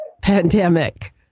pandemic